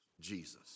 Jesus